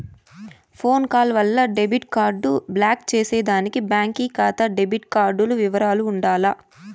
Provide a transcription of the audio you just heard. phone call వల్ల debit card block చేసేదానికి బాంకీ కాతా డెబిట్ కార్డుల ఇవరాలు ఉండాల